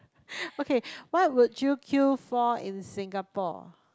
okay what would you queue for in Singapore